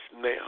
now